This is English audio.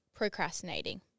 Procrastinating